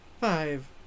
five